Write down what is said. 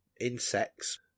insects